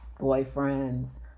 Boyfriends